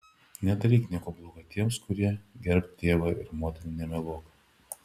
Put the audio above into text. nedaryk nieko bloga tiems kurie gerbk tėvą ir motiną nemeluok